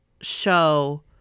show